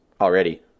already